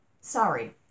Sorry